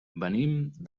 venim